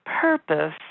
purpose